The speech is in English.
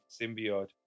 symbiote